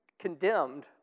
condemned